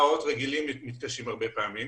"רגילים" מתקשים הרבה פעמים,